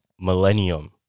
millennium